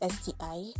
STI